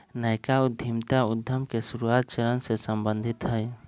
नयका उद्यमिता उद्यम के शुरुआते चरण से सम्बंधित हइ